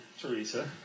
Teresa